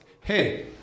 hey